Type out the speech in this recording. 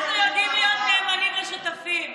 אנחנו הלכנו נגד החרדים.